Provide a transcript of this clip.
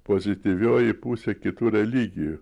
pozityvioji pusė kitų religijų